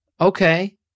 Okay